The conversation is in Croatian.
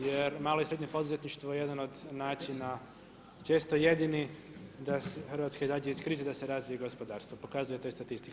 Jer malo i srednje poduzetništvo je jedan od načina često jedini da Hrvatska izađe iz krize, da se razvije gospodarstvo, pokazuje to i statistika.